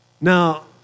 Now